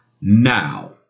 Now